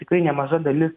tikrai nemaža dalis